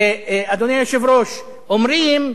אדוני היושב-ראש, אומרים,